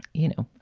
you know,